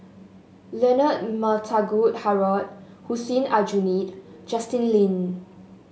Leonard Montague Harrod Hussein Aljunied Justin Lean